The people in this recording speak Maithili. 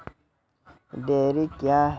डेयरी क्या हैं?